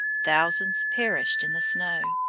thousands perished in the snow,